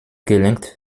gelenkt